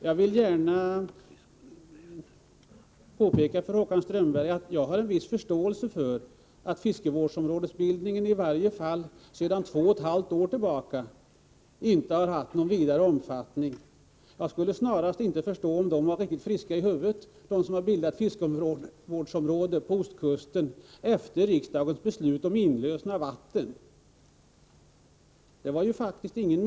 Jag vill gärna påpeka för Håkan Strömberg att jag har en viss förståelse för att fiskevårdsområdesbildningen i varje fall sedan två och ett halvt år tillbaka inte har haft någon vidare omfattning. Jag skulle snarast undra om de inte var riktigt friska i huvudet som har bildat fiskevårdsområden på Ostkusten efter riksdagens beslut om inlösen av vatten.